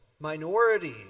minority